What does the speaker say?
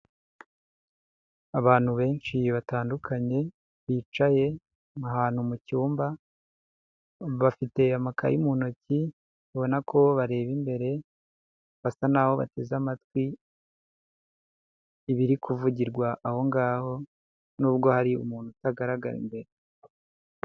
Abantu benshi batandukanye bicaye ahantu mu cyumba, bafite amakayi mu ntoki ubona ko bareba imbere, basa n'aho bateze amatwi ibiri kuvugirwa aho ngaho n'ubwo hari umuntu utagaragara imbere.